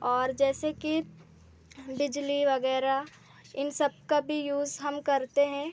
और जैसे कि बिजली वग़ैरह इन सबका भी यूज़ हम करते हैं